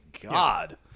god